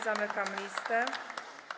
Zamykam listę.